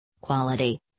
Quality